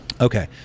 Okay